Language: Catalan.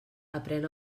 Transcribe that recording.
aprén